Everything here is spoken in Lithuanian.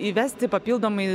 įvesti papildomai